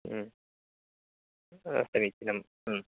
ह्म् समीचीनं ह्म्